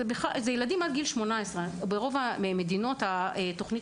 ילדים עד גיל 18. ברוב המדינות תוכנית